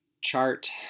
chart